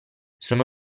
sono